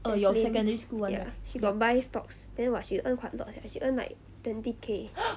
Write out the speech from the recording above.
jaslyn ya she got buy stocks then !wah! she earn quite a lot leh she earn like twenty K